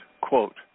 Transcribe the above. Quote